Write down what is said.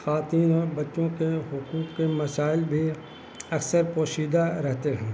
خواتین اور بچوں کے حقوق کے مسائل بھی اکثر پوشیدہ رہتے ہیں